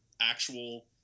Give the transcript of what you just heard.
actual